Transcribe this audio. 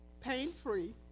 pain-free